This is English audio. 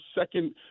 second